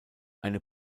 eine